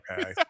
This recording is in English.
okay